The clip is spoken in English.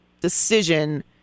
decision